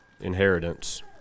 inheritance